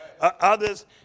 others